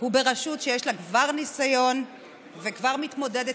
וברשות שיש לה כבר ניסיון וכבר מתמודדת